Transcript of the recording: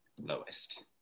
lowest